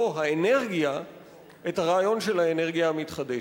האנרגיה את הרעיון של האנרגיה המתחדשת.